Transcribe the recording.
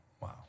Wow